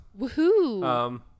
Woohoo